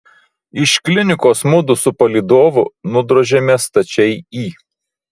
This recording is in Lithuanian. iš klinikos mudu su palydovu nudrožėme stačiai į